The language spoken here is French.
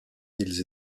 ils